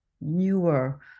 newer